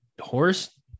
horse